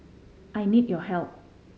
I need your help